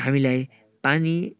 हामीलाई पानी